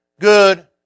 good